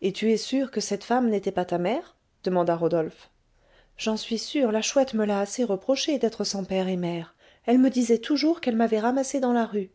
et tu es sûre que cette femme n'était pas ta mère demanda rodolphe j'en suis sûre la chouette me l'a assez reproché d'être sans père et mère elle me disait toujours qu'elle m'avait ramassée dans la rue